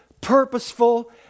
purposeful